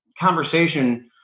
conversation